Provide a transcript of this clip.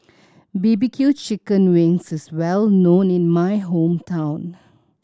B B Q chicken wings is well known in my hometown